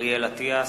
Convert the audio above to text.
אריאל אטיאס,